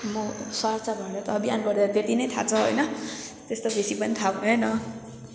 म स्वच्छ भारत अभियानबाट त्यति नै थाहा छ होइन त्यस्तो बेसी पनि थाहा भएन